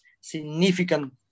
significant